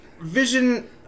vision